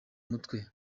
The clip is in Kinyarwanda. mutwe